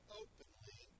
openly